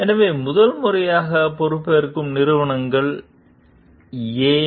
எனவே முதல் முறையாக பொறுப்பேற்ற நிறுவனங்கள் ஏன்